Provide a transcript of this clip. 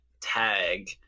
tag